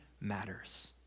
matters